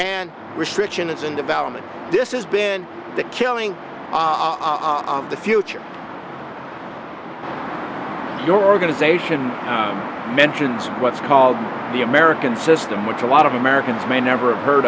and restriction is in development this is been the killing off of the future your organization mentions what's called the american system which a lot of americans may never heard